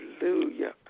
Hallelujah